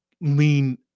lean